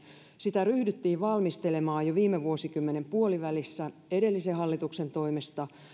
sitä ryhdyttiin valmistelemaan jo viime vuosikymmenen puolivälissä edellisen hallituksen toimesta